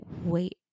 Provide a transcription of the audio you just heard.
wait